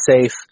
safe